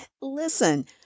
Listen